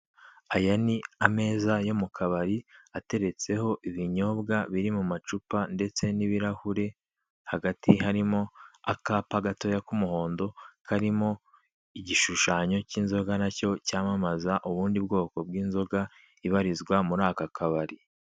Aya ni ameza yo mu kabari ateretseho ibinyobwa biri mu macupa ndetse n'ibirahure, hagati harimo akapa Gato k'umuhondo karimo igishushanyo cy'inzoga nacyo cyamamaza ubundi bwoko bw'inzoga nayo ibarizwa muri aka kabari.